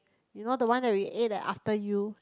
you know the one that we ate at After-You